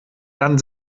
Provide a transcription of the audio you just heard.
dann